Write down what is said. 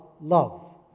love